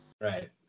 Right